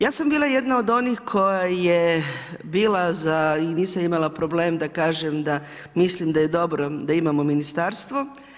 Ja sam bila jedna od onih koja je bila i nisam imala problem da kažem da mislim da je dobro da imamo ministarstvo.